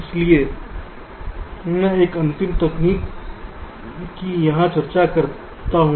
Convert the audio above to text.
इसलिए और एक अंतिम तकनीक की हम यहां चर्चा करते हैं